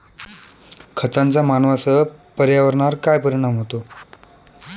खतांचा मानवांसह पर्यावरणावर काय परिणाम होतो?